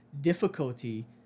difficulty